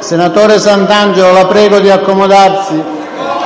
Senatore Santangelo, la prego di sedersi.